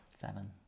seven